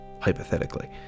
hypothetically